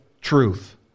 truth